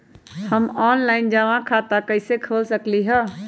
हम ऑनलाइन जमा खाता कईसे खोल सकली ह?